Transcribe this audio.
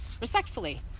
respectfully